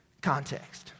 context